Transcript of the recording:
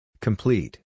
Complete